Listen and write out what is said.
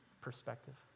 perspective